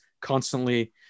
constantly